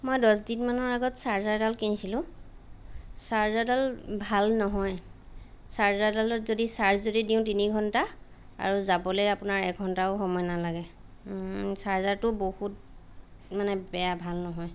মই দহদিন মানৰ আগত চাৰ্জাৰ এডাল কিনিছিলোঁ চাৰ্জাৰডাল ভাল নহয় চাৰ্জাৰডালত যদি চাৰ্জ যদি দিওঁ তিনি ঘণ্টা আৰু যাবলৈ আপোনাৰ এঘণ্টাও সময় নালাগে চাৰ্জাৰটো বহুত মানে বেয়া ভাল নহয়